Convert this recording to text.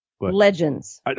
legends